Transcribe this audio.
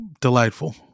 Delightful